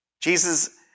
Jesus